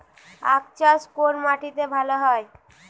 আখ চাষ কোন মাটিতে ভালো হয়?